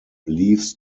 leaves